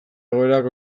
egoerak